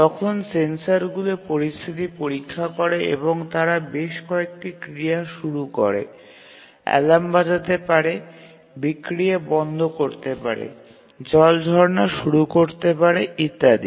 তখন সেন্সরগুলি পরিস্থিতি পরীক্ষা করে এবং তারা বেশ কয়েকটি ক্রিয়া শুরু করে অ্যালার্ম বাজতে পারে বিক্রিয়া বন্ধ করতে পারে জল ঝরনা শুরু করতে পারে ইত্যাদি